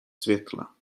světla